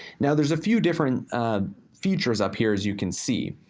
now, there's a few different features up here as you can see.